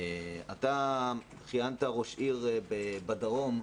אתה כיהנת כראש עיר בדרום,